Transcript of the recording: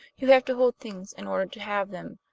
who have to hold things in order to have them.